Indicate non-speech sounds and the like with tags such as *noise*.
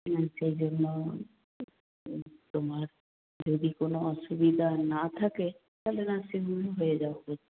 হ্যাঁ সেই জন্য *unintelligible* তোমার যদি কোনো অসুবিধা না থাকে তাহলে নার্সিং হোমে হয়ে যাও *unintelligible*